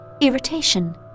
irritation